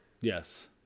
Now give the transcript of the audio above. Yes